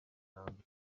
rusanzwe